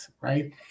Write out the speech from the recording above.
right